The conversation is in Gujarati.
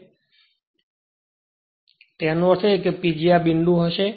તેથી તેનો અર્થ એ કે PG આ બિંદુ હશે